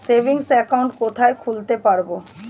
Savings account কোথায় খুলতে পারব?